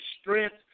strength